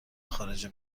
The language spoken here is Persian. خارجی